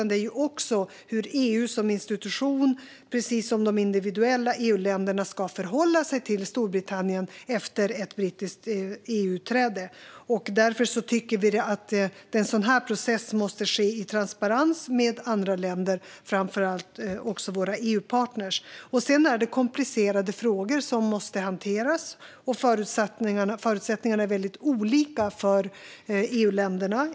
Det handlar också om hur EU som institution, precis som de individuella EU-länderna, ska förhålla sig till Storbritannien efter ett brittiskt EU-utträde. Därför tycker vi att en sådan process måste ske i transparens med andra länder, framför allt med våra EU-partner. Det är komplicerade frågor som måste hanteras. Och förutsättningarna är väldigt olika för EU-länderna.